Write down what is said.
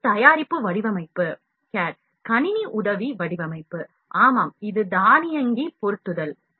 இது தயாரிப்பு வடிவமைப்பு CAD கணினி உதவி வடிவமைப்பு ஆமாம் இது தானியங்கி பொருத்துதல்